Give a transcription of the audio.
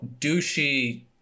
douchey